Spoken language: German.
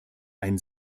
ein